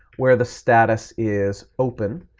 where the status is open.